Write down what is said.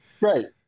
Right